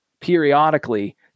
periodically